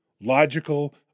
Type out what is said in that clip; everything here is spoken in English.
logical